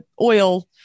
oil